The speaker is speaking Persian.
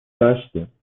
داشتیم